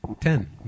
ten